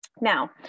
Now